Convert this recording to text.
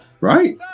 Right